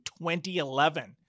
2011